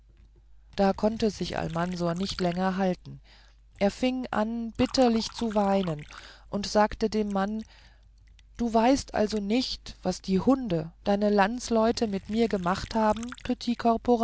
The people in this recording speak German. da konnte sich almansor nicht länger halten er fing an bitterlich zu weinen und sagte zu dem mann so weißt du also nicht was die hunde deine landsleute mit mir gemacht haben